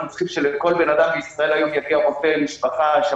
צריכים שלכל אדם בישראל היום יגיע רופא משפחה על קטנוע הביתה,